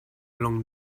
along